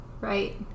right